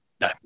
No